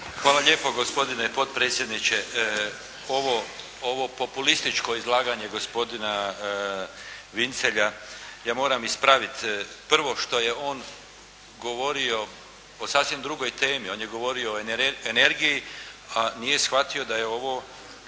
Hvala lijepo gospodine potpredsjedniče. Ovo populističko izlaganje gospodina Vincelja ja moram ispraviti prvo što je on govorio o sasvim drugoj temi. On je govorio o energiji a nije shvatio da je ovo